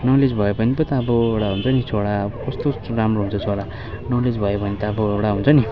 knowledge भयो भने पो त अब एउटा हुन्छ नि छोरा कस्तो राम्रो हुन्छ छोरा नलेज भयो भने त अब एउटा हुन्छ नि